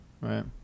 Right